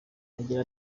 agira